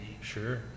Sure